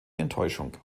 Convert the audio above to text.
enttäuschung